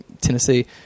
Tennessee